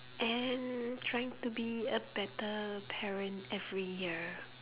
and trying to be a better parent every year